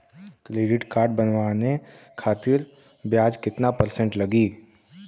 Credit card बनवाने खातिर ब्याज कितना परसेंट लगी?